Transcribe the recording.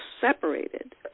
separated